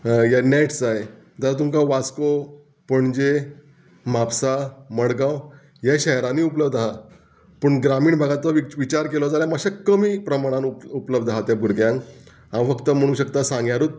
या नेट्स जाय जाल्यार तुमकां वास्को पणजे म्हापसा मडगांव हे शहरांनी उपलब्ध आहा पूण ग्रामीण भागाचो विच विचार केलो जाल्यार मातशें कमी प्रमाणान उपलब्ध आहा त्या भुरग्यांक हांव फक्त म्हणू शकता सांग्यारूच